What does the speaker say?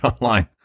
online